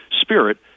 spirit